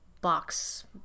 Box